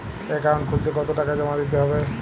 Account খুলতে কতো টাকা জমা দিতে হবে?